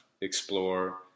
explore